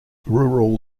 rural